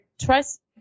trust